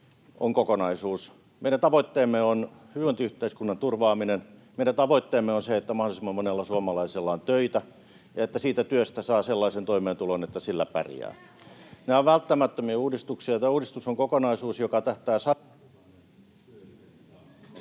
kokonaisuus. Meidän tavoitteemme on hyvinvointiyhteiskunnan turvaaminen, meidän tavoitteemme on se, että mahdollisimman monella suomalaisella on töitä ja että siitä työstä saa sellaisen toimeentulon, että sillä pärjää. Nämä ovat välttämättömiä uudistuksia. Uudistukset ovat kokonaisuus, joka tähtää